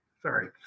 Sorry